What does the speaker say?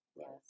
Yes